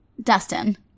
dustin